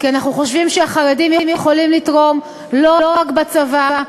כי אנחנו חושבים שהחרדים יכולים לתרום לא רק בצבא,